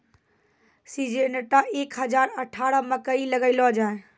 Syngenta एक हजार अठारह मकई लगैलो जाय?